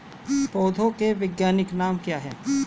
पौधों के वैज्ञानिक नाम क्या हैं?